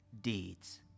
deeds